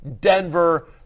Denver –